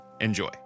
Enjoy